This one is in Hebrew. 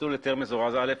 מסלול היתר מזורז א',